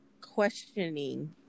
questioning